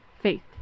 faith